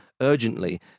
urgently